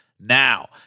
Now